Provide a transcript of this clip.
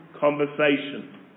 conversation